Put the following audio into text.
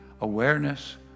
awareness